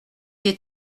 des